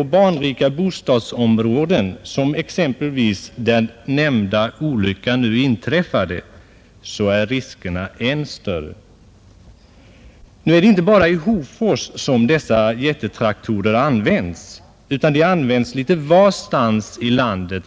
I barnrika bostadsområden som t.ex. det, där den nyssnämnda olyckan inträffade, är riskerna särskilt stora. Nu är det inte bara i Hofors som dessa jättetraktorer används utan de brukas såvitt jag kan förstå litet varstans i landet.